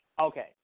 Okay